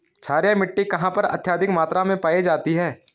क्षारीय मिट्टी कहां पर अत्यधिक मात्रा में पाई जाती है?